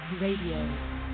Radio